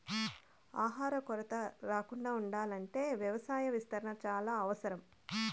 ఆహార కొరత రాకుండా ఉండాల్ల అంటే వ్యవసాయ విస్తరణ చానా అవసరం